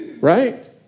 right